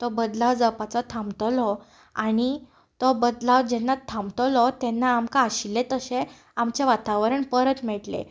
तो बदलाव जावपाचो थांबतलो आनी तो बदलाव जेन्ना थांबतलो तेन्ना आमकां आशिल्ले तशें आमचें वातावरण परत मेळटलें